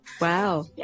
Wow